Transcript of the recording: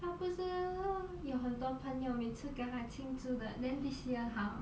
她不是有很多朋友每次跟她庆祝的 then this year how